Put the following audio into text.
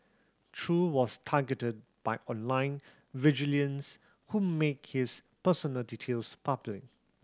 Chew was targeted by online vigilance who made his personal details public